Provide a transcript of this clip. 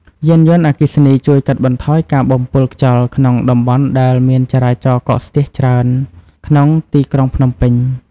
យានយន្តអគ្គីសនីជួយកាត់បន្ថយការបំពុលខ្យល់ក្នុងតំបន់ដែលមានចរាចរណ៍កកស្ទះច្រើន ក្នុងទីក្រុងភ្នំពេញ។